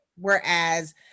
whereas